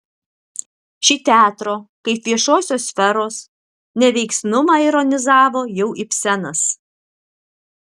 šį teatro kaip viešosios sferos neveiksnumą ironizavo jau ibsenas